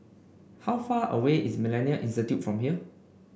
how far away is MillenniA Institute from here